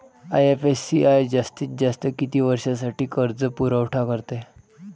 IFCI जास्तीत जास्त किती वर्षासाठी कर्जपुरवठा करते?